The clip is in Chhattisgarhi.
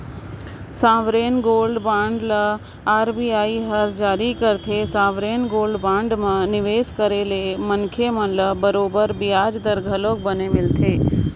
सॉवरेन गोल्ड बांड ल आर.बी.आई हर जारी करथे, सॉवरेन गोल्ड बांड म निवेस करे ले मनखे मन ल बरोबर बियाज दर घलोक बने मिलथे